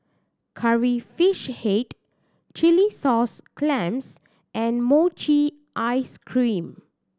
Curry Fish Head chilli sauce clams and mochi ice cream